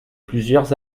plusieurs